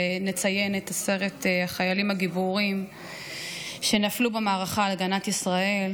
ונציין את עשרת החיילים הגיבורים שנפלו במערכה על הגנת ישראל,